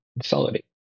consolidate